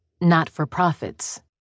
not-for-profits